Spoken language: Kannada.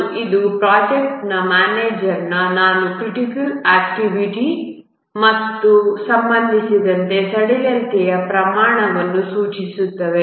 ಮತ್ತು ಇದು ಪ್ರೊಜೆಕ್ಟ್ ಮ್ಯಾನೇಜರ್ನ ನಾನ್ ಕ್ರಿಟಿಕಲ್ ಆಕ್ಟಿವಿಟಿಗಳಿಗೆ ಸಂಬಂಧಿಸಿದ ಸಡಿಲತೆಯ ಪ್ರಮಾಣವನ್ನು ಸೂಚಿಸುತ್ತದೆ